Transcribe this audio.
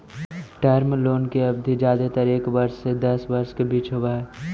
term loan के अवधि जादेतर एक वर्ष से दस वर्ष के बीच होवऽ हई